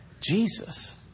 Jesus